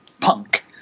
punk